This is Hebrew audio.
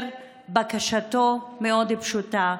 בקשתו מאוד פשוטה: